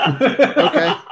Okay